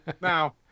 Now